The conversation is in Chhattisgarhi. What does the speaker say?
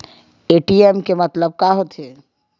ए.टी.एम के मतलब का होथे?